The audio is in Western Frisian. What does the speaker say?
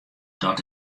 dat